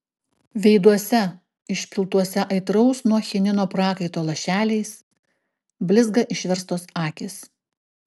veiduose išpiltuose aitraus nuo chinino prakaito lašeliais blizga išverstos akys